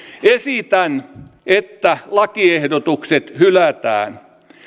esitän että lakiehdotukset hylätään